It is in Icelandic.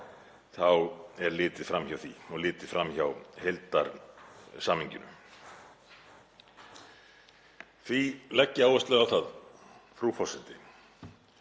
þá er litið fram hjá því og litið fram hjá heildarsamhenginu. Því legg ég áherslu á það, frú forseti,